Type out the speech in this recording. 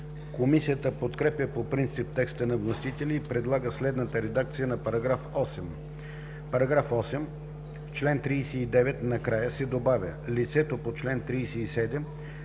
Комисията подкрепя по принцип текста на вносителя и предлага следната редакция на § 8: „§ 8. В чл. 39 накрая се добавя „лицето по чл. 37